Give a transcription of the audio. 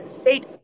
state